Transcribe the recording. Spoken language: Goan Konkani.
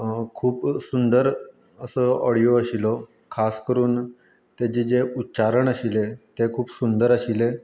खूब सुंदर असो ऑडियो आशिल्लो खास करून तेजे जे उच्चारण आशिल्ले तें खूब सुंदर आशिल्ले